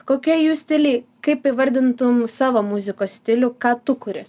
kokie jų stiliai kaip įvardintum savo muzikos stilių ką tu kuri